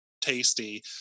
tasty